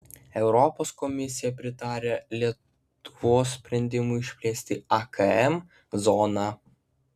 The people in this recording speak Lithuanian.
europos komisija pritarė lietuvos sprendimui išplėsti akm zoną